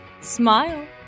Smile